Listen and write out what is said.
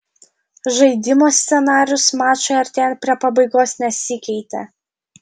žaidimo scenarijus mačui artėjant prie pabaigos nesikeitė